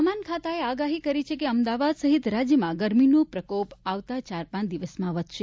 હવામાન ખાતાએ આગાહી કરી છે કે અમદાવાદ સહિત રાજયમાં ગરમીનો પ્રકોપ આવતા ચાર પાંચ દિવસમાં વધશે